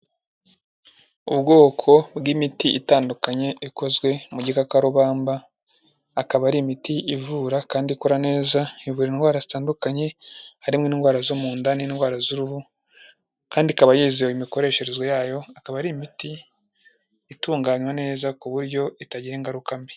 Ubwoko bw'imiti itandukanye ikozwe mu gikakarubamba, akaba ari imiti ivura kandi ikora neza, ivura indwara zitandukanye harimo indwara zo mu nda n'indwara z'uruhu, kandi ikaba yizewe imikoreshereze yayo ikaba ari imiti itunganywa neza ku buryo itagira ingaruka mbi.